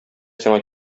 сиңа